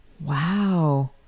Wow